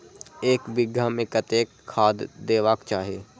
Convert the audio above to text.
एक बिघा में कतेक खाघ देबाक चाही?